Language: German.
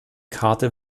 karte